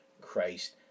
Christ